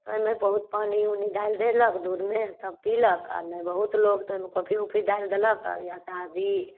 ओहिमे बहुत पानी उनी डालि देलक दूधमे तब पी लेलक आओर नहि बहुत लोक तऽ ओहिमे कॉफी उफी डालि देलक या तऽ आदी